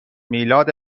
میلاد